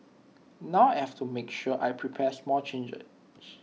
now I have to make sure I prepare small changes